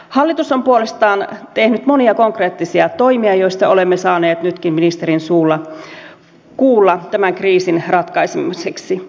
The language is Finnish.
hallitus on puolestaan tehnyt monia konkreettisia toimia joista olemme saaneet nytkin ministerin suulla kuulla tämän kriisin ratkaisemiseksi